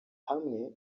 hamwe